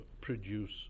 produce